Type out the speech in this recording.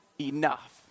enough